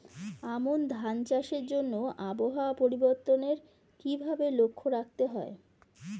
আমন ধান চাষের জন্য আবহাওয়া পরিবর্তনের কিভাবে লক্ষ্য রাখতে হয়?